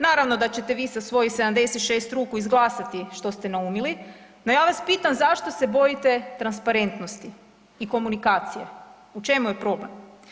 Naravno da ćete vi sa svojih 76 ruku izglasati što ste naumili, no ja vas pitam zašto se bojite transparentnosti i komunikacije, u čemu je problem?